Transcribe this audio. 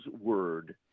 word